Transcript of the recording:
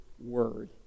word